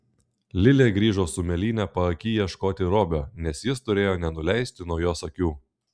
lilė grįžo su mėlyne paaky ieškoti robio nes jis turėjo nenuleisti nuo jos akių